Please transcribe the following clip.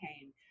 pain